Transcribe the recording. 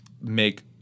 make